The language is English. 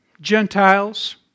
Gentiles